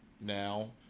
now